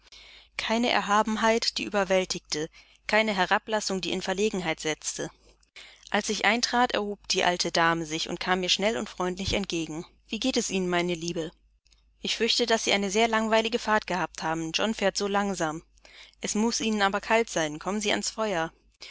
keine erhabenheit die überwältigte keine herablassung die in verlegenheit setzte als ich eintrat erhob die alte dame sich und kam mir schnell und freundlich entgegen wie geht es ihnen meine liebe ich fürchte daß sie eine sehr langweilige fahrt gehabt haben john fährt so langsam es muß ihnen aber kalt sein kommen sie ans feuer